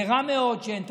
זה רע מאוד שאין תקציב.